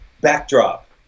backdrop